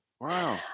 wow